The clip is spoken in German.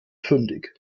fündig